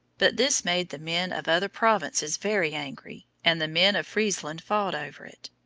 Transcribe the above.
but this made the men of other provinces very angry, and the men of friesland fought over it.